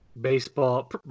baseball